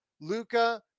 Luca